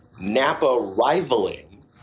Napa-rivaling